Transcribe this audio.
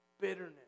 Bitterness